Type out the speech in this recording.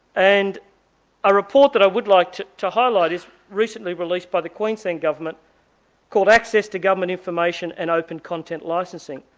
and a report that i would like to to highlight is recently released by the queensland government called access to government information and open content licensing,